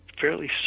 fairly